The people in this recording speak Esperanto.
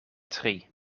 tri